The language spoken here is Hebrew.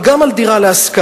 אבל גם על דירה להשכרה.